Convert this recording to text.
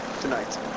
tonight